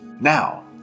Now